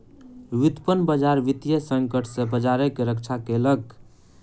व्युत्पन्न बजार वित्तीय संकट सॅ बजार के रक्षा केलक